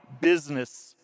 business